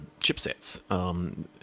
chipsets